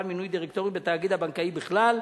על מינוי דירקטורים בתאגיד הבנקאי בכלל,